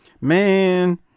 man